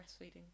breastfeeding